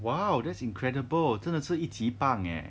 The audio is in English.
!wow! that's incredible 真的是一级棒 eh